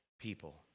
people